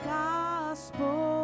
gospel